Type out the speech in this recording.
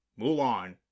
Mulan